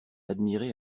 admirer